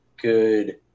good